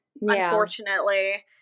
unfortunately